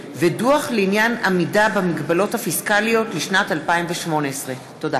ודוח לעניין עמידה במגבלות הפיסקליות לשנת 2018. תודה.